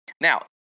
Now